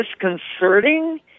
disconcerting